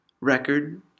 record